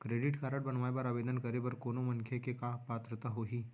Credit card बनवाए बर आवेदन करे बर कोनो मनखे के का पात्रता होही?